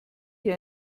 hier